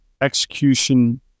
execution